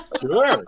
Sure